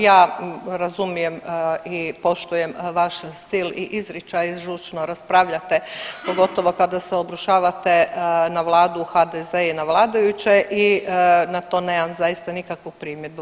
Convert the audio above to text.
Ja razumijem i poštujem vaš stil i izričaj žučno raspravljate, pogotovo kada se obrušavate na Vladu, HDZ i na vladajuće i na to nemam zaista nikakvu primjedbu.